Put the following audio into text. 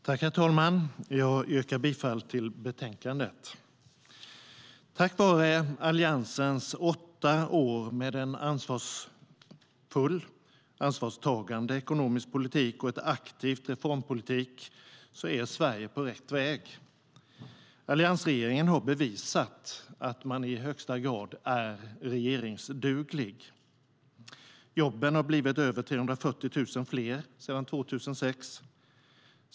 Herr talman! Jag yrkar bifall till utskottets förslag i betänkandet. Tack vare Alliansens åtta år med en ansvarstagande ekonomisk politik och en aktiv reformpolitik är Sverige på rätt väg. Alliansregeringen har bevisat att man i högsta grad är regeringsduglig. Jobben har blivit över 340 000 fler sedan 2006.